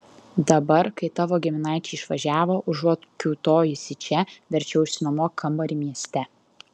dabar kai tavo giminaičiai išvažiavo užuot kiūtojusi čia verčiau išsinuomok kambarį mieste